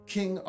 King